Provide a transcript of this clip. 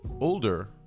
older